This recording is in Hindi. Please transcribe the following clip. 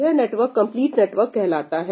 यह नेटवर्क कंप्लीट नेटवर्क कहलाता है